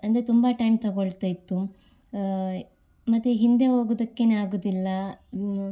ಅಂದರೆ ತುಂಬ ಟೈಮ್ ತಗೊಳ್ತಾ ಇತ್ತು ಮತ್ತು ಹಿಂದೆ ಹೋಗೋದಕ್ಕೇನಾಗುದಿಲ್ಲ